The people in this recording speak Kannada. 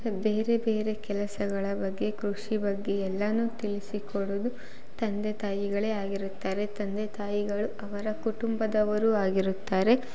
ಬೇರೆ ಬೇರೆ ಕೆಲಸಗಳ ಬಗ್ಗೆ ಕೃಷಿ ಬಗ್ಗೆ ಎಲ್ಲ ತಿಳಿಸಿಕೊಡೋದು ತಂದೆ ತಾಯಿಗಳೇ ಆಗಿರುತ್ತಾರೆ ತಂದೆ ತಾಯಿಗಳು ಅವರ ಕುಟುಂಬದವರೂ ಆಗಿರುತ್ತಾರೆ